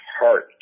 Heart